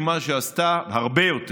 הרבה יותר,